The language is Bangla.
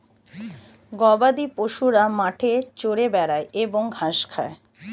গবাদিপশুরা মাঠে চরে বেড়ায় এবং ঘাস খায়